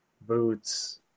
boots